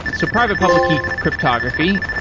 so private public key cryptography,